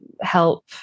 help